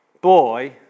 boy